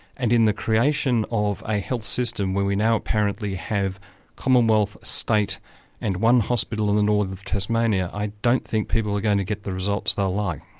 and in the creation of a health system where we now apparently have commonwealth-state and one hospital in the north of tasmania, i don't think people are going to get the results they'll like.